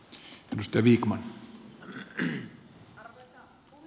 arvoisa puhemies